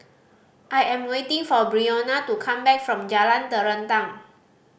I am waiting for Brionna to come back from Jalan Terentang